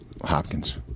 Hopkins